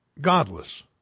godless